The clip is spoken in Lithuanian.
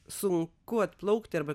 sunku atplaukti arba